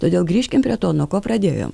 todėl grįžkim prie to nuo ko pradėjom